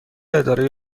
اداره